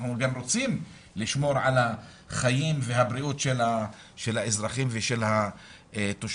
אנחנו גם רוצים לשמור על החיים והבריאות של האזרחים ושל התושבים.